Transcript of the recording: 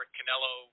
Canelo